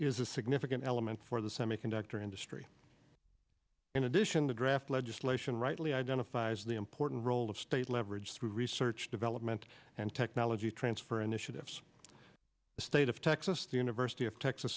is a significant element for the semiconductor industry in addition the draft legislation rightly identifies the important role of state leverage through research development and technology transfer initiatives the state of texas the university of texas